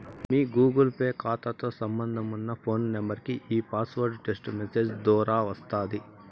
మీ Google Pay కాతాతో సంబంధమున్న phone నెంబరికి ఈ పాస్వార్డు టెస్టు మెసేజ్ దోరా వస్తాది